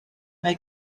mae